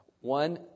one